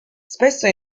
spesso